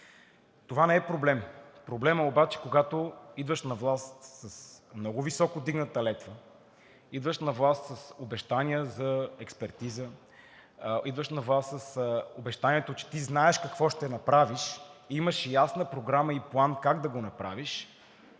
Това не е проблем. Проблем е обаче, когато идваш на власт с много високо вдигната летва, идваш на власт с обещания за експертиза, идваш на власт с обещанието, че ти знаеш какво ще направиш, имаш ясна програма и план как да го направиш,